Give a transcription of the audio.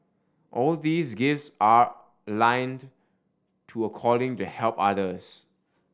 all these gifts are aligned to a calling to help others